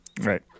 Right